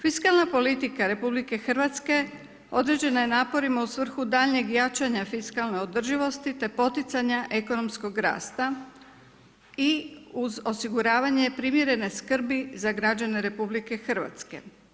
Fiskalna politika RH određena je naporima u svrhu daljnjeg jačanja fiskalne održivosti, te poticanja ekonomskog rasta i uz osiguravanje primjerene skrbi za građane RH.